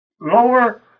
lower